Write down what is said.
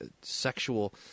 sexual